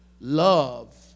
love